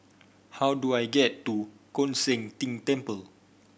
how do I get to Koon Seng Ting Temple